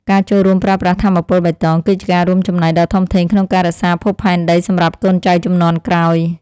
ការចូលរួមប្រើប្រាស់ថាមពលបៃតង គឺជាការរួមចំណែកដ៏ធំធេងក្នុងការរក្សាភពផែនដីសម្រាប់កូនចៅជំនាន់ក្រោយ។